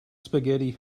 spaghetti